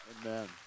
Amen